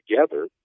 together